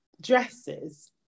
dresses